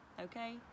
Okay